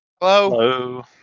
Hello